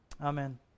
amen